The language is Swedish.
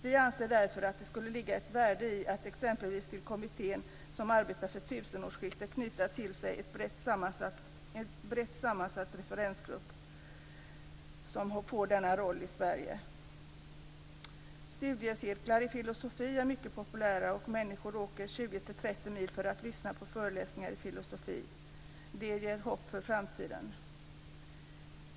Vi anser därför att det skulle ligga ett värde i att exempelvis till kommittén som arbetar med tusenårsskiftet knyta en brett sammansatt referensgrupp som får denna roll i Sverige. Studiecirklar i filosofi är mycket populära i Sverige, och människor åker 20-30 mil för att lyssna på föreläsningar i filosofi. Det ger hopp för framtiden.